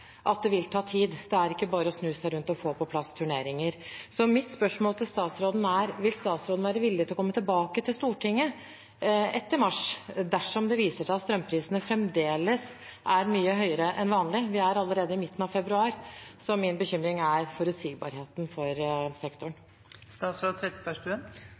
at det vil ta tid; det er ikke bare å snu seg rundt og få på plass turneringer. Så mitt spørsmål til statsråden er: Vil statsråden være villig til å komme tilbake til Stortinget – etter mars – dersom det viser seg at strømprisene fremdeles er mye høyere enn vanlig? Vi er allerede i midten av februar, så min bekymring er forutsigbarheten for